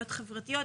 החברתיות,